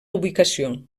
ubicació